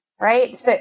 right